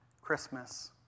Christmas